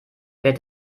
wärt